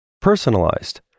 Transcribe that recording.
Personalized